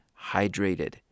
hydrated